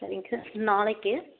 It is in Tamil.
சரிங்க சார் நாளைக்கு